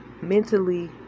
mentally